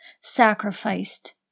sacrificed